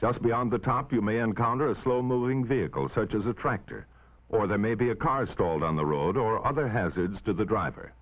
just beyond the top you may encounter a slow moving vehicle such as a tractor or there may be a car stalled on the road or other hazards to the driver